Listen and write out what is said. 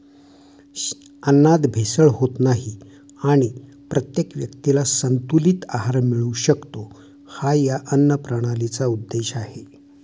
अन्नात भेसळ होत नाही आणि प्रत्येक व्यक्तीला संतुलित आहार मिळू शकतो, हा या अन्नप्रणालीचा उद्देश आहे